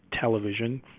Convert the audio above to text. television